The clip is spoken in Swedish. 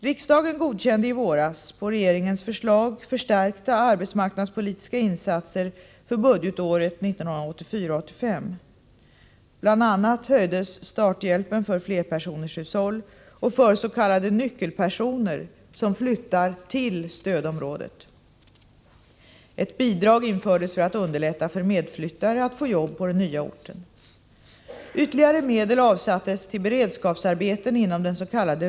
Riksdagen godkände i våras på regeringens förslag förstärkta arbetsmarknadspolitiska insatser för budgetåret 1984/85. Bl. a. höjdes starthjälpen för flerpersonershushåll och för s.k. nyckelpersoner som flyttar till stödområdet. Ett bidrag infördes för att underlätta för medflyttare att få jobb på den nya orten. Ytterligare medel avsattes till beredskapsarbeten inom den s.k.